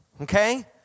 okay